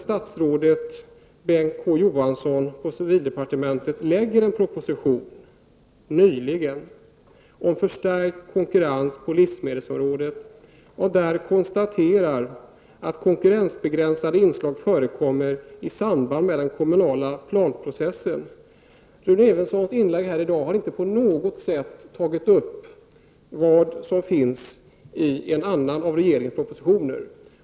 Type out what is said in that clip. Statsrådet Bengt K Å Johansson på civildepartementet har nyligen lagt fram en proposition som handlar om förstärkt konkurrens på livsmedelsområdet. I den propositionen konstateras det att konkurrensbegränsande inslag förekommer i samband med den kommunala planprocessen. Men Rune Evensson har, det framgår av hans inlägg i den här debatten, inte med ett enda ord berört detta -- som alltså omnämns i en av regeringens propositioner.